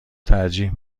ترجیح